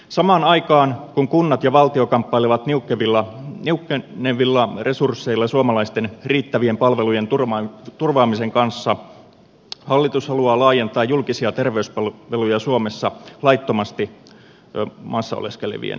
samaan aikaan kun kunnat ja valtio kamppailevat niukkenevilla resursseilla suomalaisten riittävien palvelujen turvaamisen kanssa hallitus haluaa laajentaa julkisia terveyspalveluja suomessa laittomasti maassa oleskelevien henkilöiden kohdalla